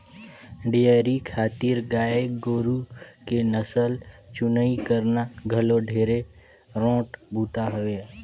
dairy खातिर गाय गोरु के नसल चुनई करना घलो ढेरे रोंट बूता हवे